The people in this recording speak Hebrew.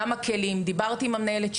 גם לגבי הכלים דיברתי עם המנהלת.